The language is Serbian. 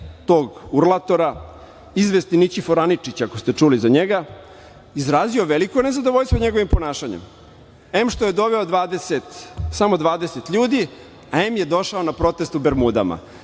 tog urlatora, izvesni Nićifor Aničić, ako ste čuli za njega, izrazio veliko nezadovoljstvo njegovim ponašanjem, em što je doveo 20, samo 20 ljudi, em što je došao na protest u bermudama. Dakle,